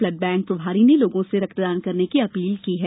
blood bank प्रभारी ने लोगों से रक्तदान की अपील की है